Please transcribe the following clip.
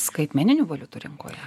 skaitmeninių valiutų rinkoje